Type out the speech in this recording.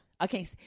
Okay